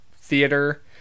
theater